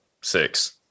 six